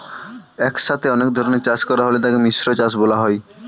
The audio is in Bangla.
একসাথে অনেক ধরনের চাষ করা হলে তাকে মিশ্র চাষ বলা হয়